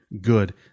good